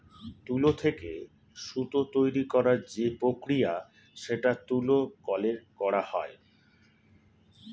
তুলো থেকে সুতো তৈরী করার যে প্রক্রিয়া সেটা তুলো কলে করা হয়